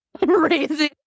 raising